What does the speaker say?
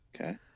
Okay